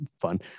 fun